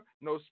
no